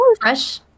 Fresh